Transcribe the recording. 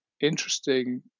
interesting